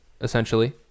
Essentially